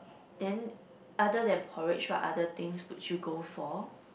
then other than porridge what other things would you go for